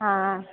അ ആ